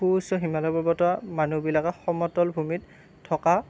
সুউচ্চ হিমালয় পৰ্বতৰ মানুহ বিলাকক সমতল ভূমিত থকা